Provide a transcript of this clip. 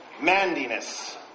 Mandiness